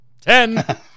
ten